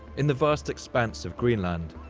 in the vast expanse of greenland,